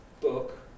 book